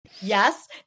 yes